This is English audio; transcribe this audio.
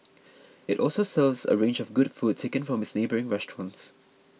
it also serves a range of good food taken from its neighbouring restaurants